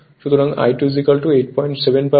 সুতরাং I2 87 পাবো